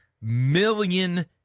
million